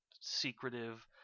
secretive